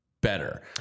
better